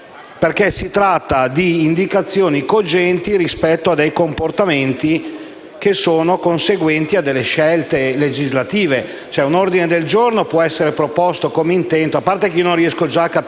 Qui si tratta di indicazioni cogenti rispetto a dei comportamenti che sono conseguenti a delle scelte legislative e un ordine del giorno può essere proposto come intento. A parte il fatto che non riesco a capire